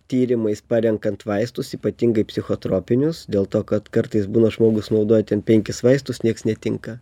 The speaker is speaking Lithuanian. tyrimais parenkant vaistus ypatingai psichotropinius dėl to kad kartais būna žmogus naudoja ten penkis vaistus nieks netinka